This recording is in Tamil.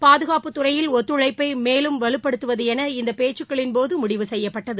பாதுகாப்புத்துறையில் ஒத்துழைப்பைமேலும் வலுப்படுத்துவதுளன இந்தபேச்சுக்களின்போதுமுடிவு செய்யப்பட்டது